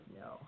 no